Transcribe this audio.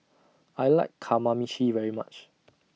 I like Kamameshi very much